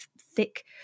thick